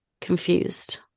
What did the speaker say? confused